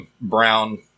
brown